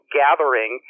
gathering